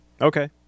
Okay